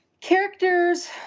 characters